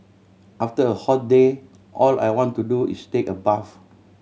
after a hot day all I want to do is take a bath